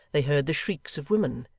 they heard the shrieks of women,